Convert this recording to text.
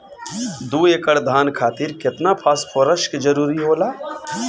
दु एकड़ धान खातिर केतना फास्फोरस के जरूरी होला?